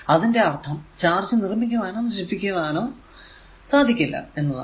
അതിന്റെ അർഥം ചാർജ് നിർമിക്കുവാനോ നശിപ്പിക്കുവാനോ സാധിക്കില്ല എന്നതാണ്